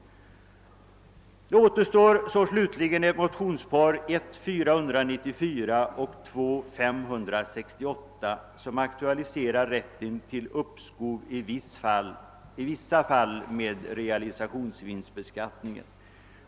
Slutligen återstår ett motionspar, 1: 494 och II: 568, vari aktualiseras rätten till uppskov i vissa fall med realisationsvinstbeskattningen.